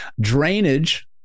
drainage